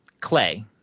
Clay